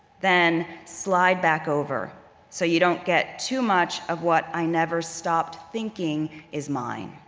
then slide back over so you don't get too much of what i never stopped thinking is mine.